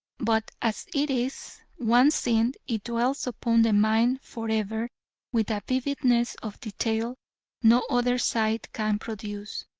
but as it is, once seen it dwells upon the mind for ever with a vividness of detail no other sight can produce.